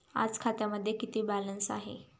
आज खात्यामध्ये किती बॅलन्स आहे?